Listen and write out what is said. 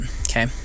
Okay